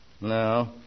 No